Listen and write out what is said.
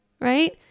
right